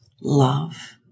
love